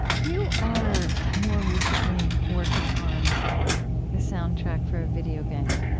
you are more recently working on the soundtrack for a video game.